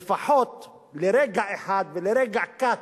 לפחות לרגע אחד ולרגע קט,